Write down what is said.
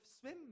swim